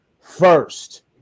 first